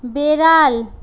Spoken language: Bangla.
বেড়াল